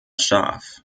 scharf